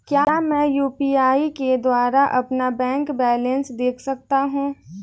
क्या मैं यू.पी.आई के द्वारा अपना बैंक बैलेंस देख सकता हूँ?